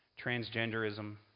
transgenderism